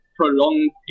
prolonged